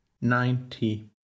ninety